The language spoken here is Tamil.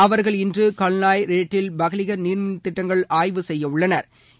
அவர்கள் இன்று கல்நாய் ரேட்டில் பகலிகள் நீாமின் திட்டங்கள் ஆய்வு செய்ய உள்ளனா்